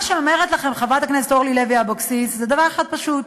מה שאומרת לכם חברת הכנסת אורלי לוי אבקסיס זה דבר אחד פשוט: